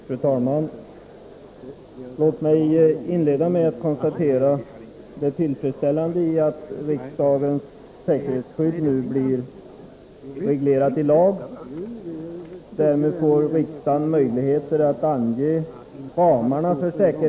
Herr talman! Tillåt mig bara kort att konstatera att Gunnar Nilsson i Stockholm avböjde att ge tillfredsställande svar på mina frågor.